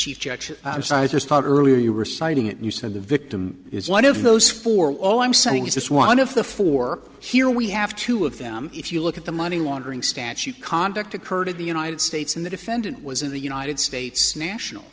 thought earlier you were citing it you said the victim is one of those for all i'm saying is this one of the four here we have two of them if you look at the money laundering statute conduct occurred in the united states in the defendant was in the united states national